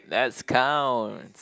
let's count